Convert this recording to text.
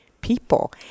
people